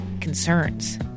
Concerns